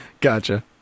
Gotcha